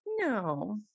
No